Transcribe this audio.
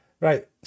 right